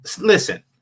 Listen